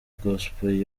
gospel